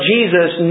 Jesus